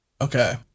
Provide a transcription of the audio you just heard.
Okay